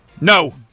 No